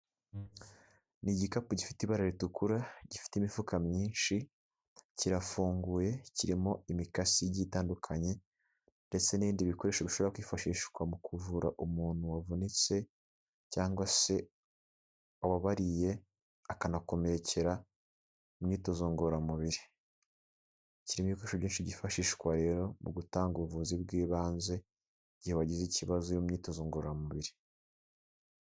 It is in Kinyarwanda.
Ni igikapu gifite ibara ritukura gifite imifuka myinshi. Kirafunguye kirimo imikasi gitandukanye ndetse n'ibindi bikoresho ushobora kwifashisha mu kuvura umuntu wavunitse cyangwa se wababariye akanakomerekera mu myitozo ngororamubiri. Kirimo ibikoresho byinshi byifashishwa rero mu gutanga ubuvuzi bw'ibanze igihe wagize ikibazo mu myitozo ngororamubiri.